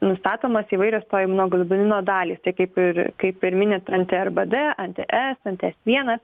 nustatomos įvairios to imunoglobulino dalys tai kaip ir kaip ir minit anti rbd anti s anti s vienas